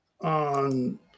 on